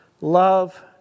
Love